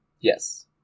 Yes